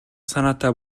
санаатай